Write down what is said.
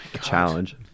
challenge